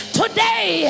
today